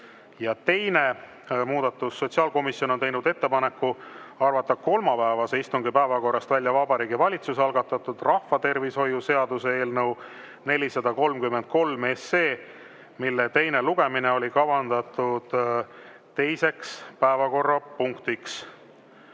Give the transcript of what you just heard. Ja teine muudatus: sotsiaalkomisjon on teinud ettepaneku arvata kolmapäevase istungi päevakorrast välja Vabariigi Valitsuse algatatud rahvatervishoiu seaduse eelnõu 433, mille teine lugemine oli kavandatud teiseks päevakorrapunktiks.